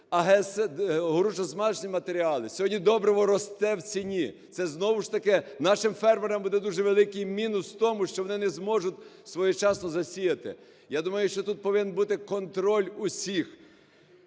горюче-смазочні матеріали… сьогодні добриво росте в ціні. Це знову ж таки нашим фермерам буде дуже великий мінус в тому, що вони не зможуть своєчасно засіяти. Я думаю, що тут повинен бути контроль усіх.